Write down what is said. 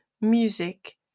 music